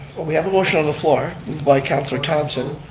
we have a motion on the floor by councilor thompson,